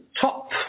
top